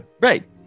Right